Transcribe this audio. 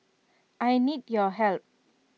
I need your help